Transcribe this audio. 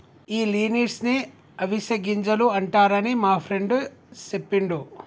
ఈ లిన్సీడ్స్ నే అవిసె గింజలు అంటారని మా ఫ్రెండు సెప్పిండు